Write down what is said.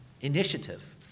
initiative